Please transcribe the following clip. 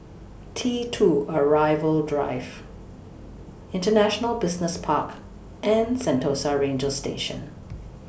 T two Arrival Drive International Business Park and Sentosa Ranger Station